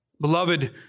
Beloved